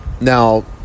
Now